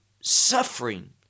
suffering